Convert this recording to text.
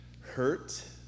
hurt